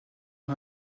est